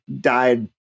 died